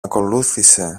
ακολούθησε